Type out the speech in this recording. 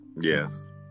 Yes